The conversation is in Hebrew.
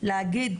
להגיד